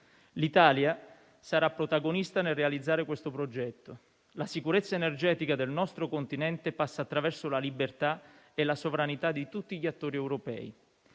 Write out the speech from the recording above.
L'Italia sarà protagonista nel realizzare questo progetto. La sicurezza energetica del nostro continente passa attraverso la libertà e la sovranità di tutti gli attori europei.